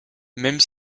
même